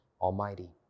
Almighty